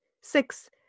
Six